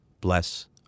bless